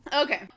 Okay